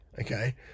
Okay